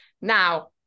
now